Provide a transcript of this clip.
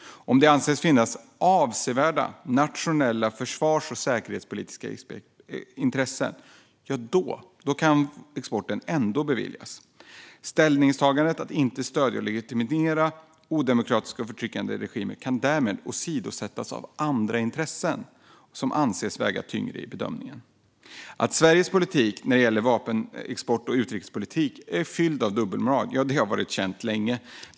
Om det sedan anses finnas avsevärda nationella försvars och säkerhetspolitiska intressen kan exporten ändå beviljas. Ställningstagandet att inte stödja och legitimera odemokratiska och förtryckande regimer kan därmed åsidosättas av "andra intressen" som anses väga tyngre i bedömningen. Att Sveriges politik när det gäller vapenexport och utrikespolitik är fylld med dubbelmoral har varit känt länge.